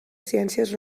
ciències